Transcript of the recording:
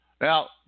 Now